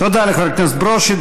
תודה לחבר הכנסת ברושי.